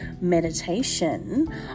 meditation